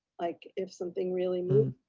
like if something really moves,